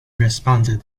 responded